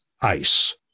Ice